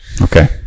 Okay